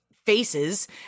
faces